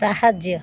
ସାହାଯ୍ୟ